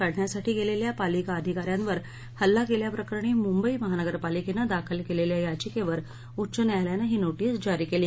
काढण्यासाठी गेलेल्या पालिका अधिका यांवर हल्ला केल्याप्रकरणी मुंबई महानगरपालिकेनं दाखल केलेल्या याचिकेवर उच्च न्यायालयानं ही नोटीस जारी केली